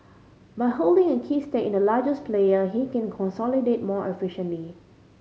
by holding a key stake in the largest player he can consolidate more efficiently